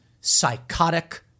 psychotic